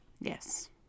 yes